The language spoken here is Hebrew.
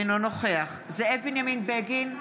אינו נוכח זאב בנימין בגין,